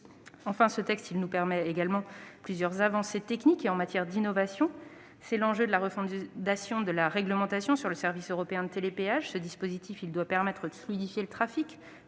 Ce texte permettra également plusieurs avancées techniques et innovantes pour les transports. C'est l'enjeu de la refondation de la réglementation sur le service européen de télépéage. Ce dispositif doit permettre de fluidifier le trafic,